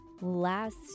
Last